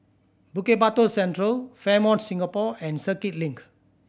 Bukit Batok Central Fairmont Singapore and Circuit Link